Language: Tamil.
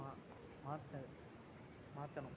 மா மாற்ற மாற்றணும்